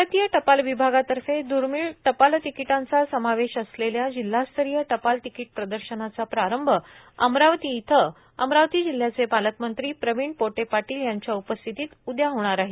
आरतीय टपाल विभागातर्फे दुर्मिळ टपाल तिकिटांचा समावेश असलेल्या जिल्हास्तरीय टपाल तिकीट प्रदर्शनाचा प्रारंभ अमरावती इथं पालकमंत्री प्रवीण पोटे पाटील यांच्या उपस्थितीत उद्या होणार आहे